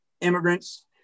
immigrants